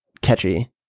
catchy